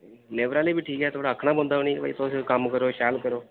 labour आह्ले बी ठीक ऐ थोह्ड़ा आखना पौंदा उ'नें ई भई तुस कम्म करो शैल करो